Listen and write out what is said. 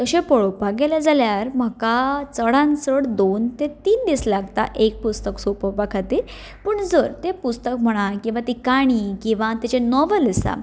अशें पळोवपाक गेलें जाल्यार म्हाका चडांत चड दोन ते तीन दीस लागता एक पुस्तक सोंपोवपाक खातीर पूण जर तें पुस्तक म्हणा किंवां तें काणी किंवां तेचें नॉव्हल आसा